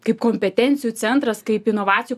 kaip kompetencijų centras kaip inovacijų